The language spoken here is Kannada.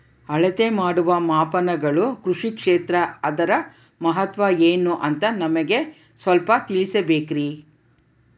ಅಳತೆ ಮಾಡುವ ಮಾಪನಗಳು ಕೃಷಿ ಕ್ಷೇತ್ರ ಅದರ ಮಹತ್ವ ಏನು ಅಂತ ನಮಗೆ ಸ್ವಲ್ಪ ತಿಳಿಸಬೇಕ್ರಿ?